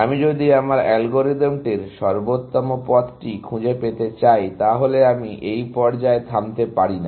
আমি যদি আমার অ্যালগরিদমটির সর্বোত্তম পথটি খুঁজে পেতে চাই তাহলে আমি এই পর্যায়ে থামতে পারি না